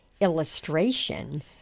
illustration